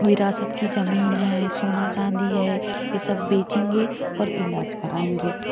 विरासत की ज़मीन है सोना चांदी है यह सब बेचेंगे और इलाज़ कराएंगे